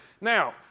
Now